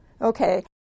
Okay